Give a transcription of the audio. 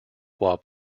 while